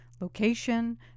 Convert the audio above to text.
location